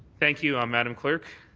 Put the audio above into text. thank you, um madam clerk.